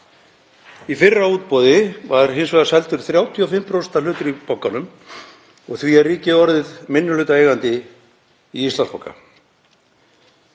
Í fyrra útboði var hins vegar seldur 35% hlutur í bankanum og því er ríkið orðið minnihlutaeigandi í Íslandsbanka.